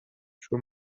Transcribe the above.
چون